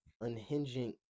Unhinging